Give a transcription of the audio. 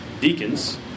deacons